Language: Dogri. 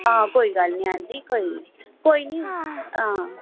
हां कोई गल्ल नी आंटी कोई नेईं कोई निं